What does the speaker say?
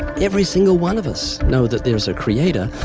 every single one of us know that there's a creator,